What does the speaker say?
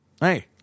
Hey